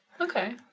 Okay